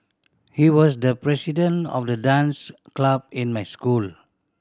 he was the president of the dance club in my school